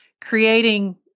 creating